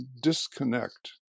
disconnect